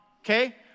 okay